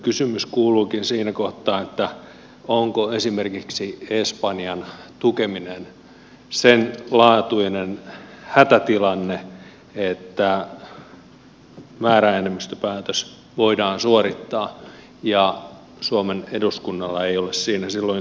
kysymys kuuluukin siinä kohtaa onko esimerkiksi espanjan tukeminen senlaatuinen hätätilanne että määräenemmistöpäätös voidaan suorittaa ja suomen eduskunnalla ei ole siinä silloin sanansijaa